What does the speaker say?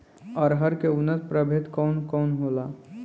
अरहर के उन्नत प्रभेद कौन कौनहोला?